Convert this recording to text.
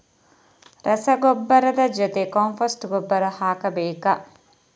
ರಸಗೊಬ್ಬರದ ಜೊತೆ ಕಾಂಪೋಸ್ಟ್ ಗೊಬ್ಬರ ಹಾಕಬೇಕಾ?